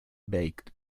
baked